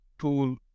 tool